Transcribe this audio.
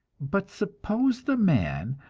but suppose the man,